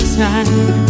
time